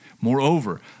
Moreover